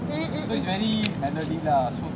mm mm mm